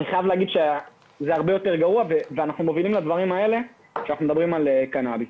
וזה הרבה יותר גרוע ואנחנו מובילים לדברים האלה כשמדברים על קנאביס.